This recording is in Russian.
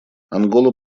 ангола